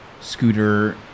Scooter